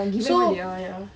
that [one] ya